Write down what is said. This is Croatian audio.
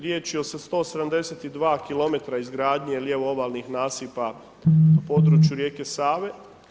Riječ je o 172km izgradnje lijevo ovalnih nasipa u području rijeke Save.